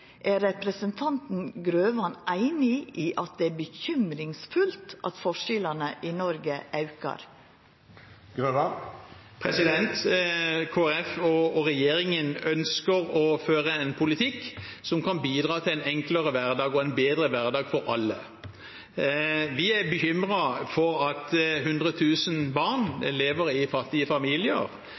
Er representanten Grøvan einig i at det er urovekkjande at forskjellane i Noreg aukar? Kristelig Folkeparti og regjeringen ønsker å føre en politikk som kan bidra til en enklere og bedre hverdag for alle. Vi er bekymret over at 100 000 barn lever i fattige familier.